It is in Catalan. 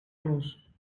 nos